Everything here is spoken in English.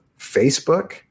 Facebook